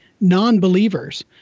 non-believers